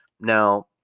now